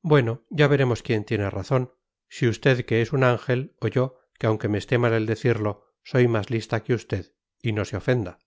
bueno ya veremos quién tiene razón si usted que es un ángel o yo que aunque me esté mal el decirlo soy más lista que usted y no se ofenda